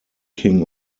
king